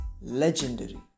legendary